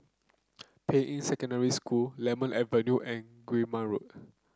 Ping Yi Secondary School Lemon Avenue and Guillemard Road